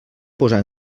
posar